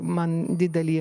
man didelį